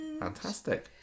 Fantastic